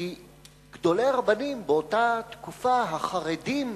כי גדולי הרבנים באותה תקופה, החרדים,